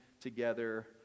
together